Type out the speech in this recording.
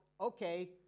okay